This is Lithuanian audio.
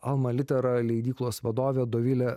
alma litera leidyklos vadovė dovilė